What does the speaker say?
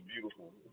beautiful